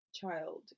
child